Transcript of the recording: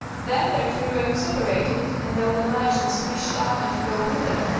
then their two roads separated, and though the merchants wished ivan to go with them,